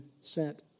sent